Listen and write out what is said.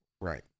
Right